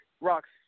rocks